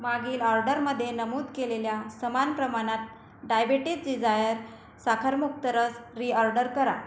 मागील ऑर्डरमध्ये नमूद केलेल्या समान प्रमाणात डायबेटिस डिझायर साखरमुक्त रस रीऑर्डर करा